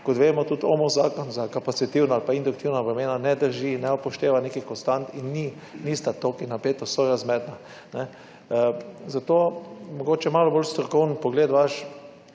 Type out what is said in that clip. Kot vemo tudi OMO zakon za kapacitivno ali pa induktivna bremena ne drži, ne upošteva nekih konstant in nista toliko in napetost sorazmerna. Zato mogoče malo bolj strokoven pogled vaš,